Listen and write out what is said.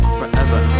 forever